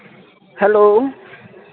hello